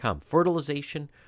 fertilization